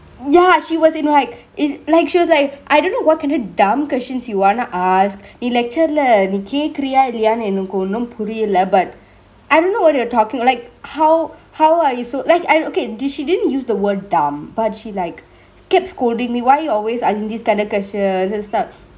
ya she was in like she was like I don't know what kinda dumb questions you wanna ask நீ:nee lecture ல நீ கேக்குரியா இல்லையானு எனக்கு ஒன்னு புரியல:le nee kekuriyaa illeyaanu enaku onnu puriyale but I don't know what you are talkingk like how how are you so like I okay she didn't use the word dumb but she like kept scoldingk me why you always askingk this kinda questions and stuff